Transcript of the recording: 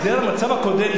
המצב הקודם,